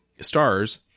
stars